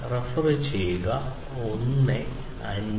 IEEE 802